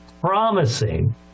promising